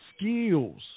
skills –